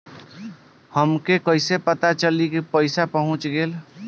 हमके कईसे पता चली कि पैसा पहुच गेल?